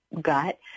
gut